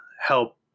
help